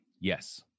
Yes